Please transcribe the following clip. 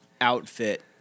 Outfit